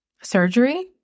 surgery